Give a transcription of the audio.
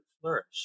flourish